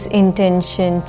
intention